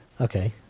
Okay